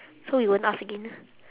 so we won't ask again